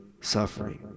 suffering